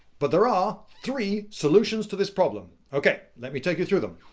but there are three solutions to this problem. okay, let me take you through them.